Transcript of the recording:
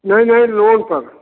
नहीं नहीं लोन पर